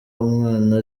umwana